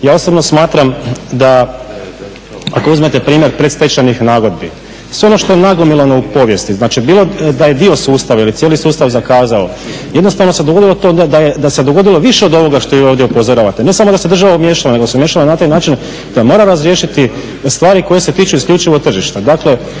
ja osobno smatram da ako uzmete primjer predstečajnih nagodbi, sve ono što je nagomilano u povijesti, znači bilo da je dio sustava ili cijeli sustav zakazao jednostavno se dogodilo to da se dogodilo više od ovoga što vi ovdje upozoravate, ne samo da se država umiješala nego se umiješala na taj način da mora razriješiti stvari koje se tiču isključivo tržišta.